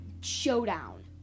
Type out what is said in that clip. Showdown